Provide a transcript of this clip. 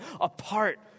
apart